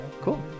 Cool